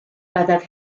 byddaf